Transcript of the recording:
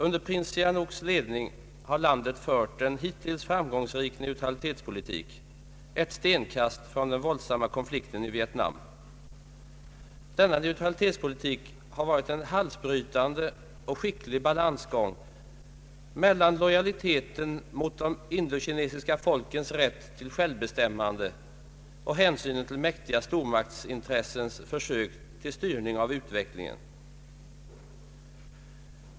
Under prins Sihanouks ledning har landet fört en hittills framgångsrik neutralitetspolitik, ett stenkast från den våldsamma konflikten i Nordvietnam. Denna neutralitetspolitik har varit en halsbrytande och skicklig balansgång mellan lojaliteten mot de indokinesiska folkens rätt till självbestämmande och hänsynen till mäktiga stormaktsintressens försök till styrning av utvecklingen.